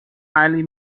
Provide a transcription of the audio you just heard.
highly